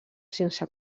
sense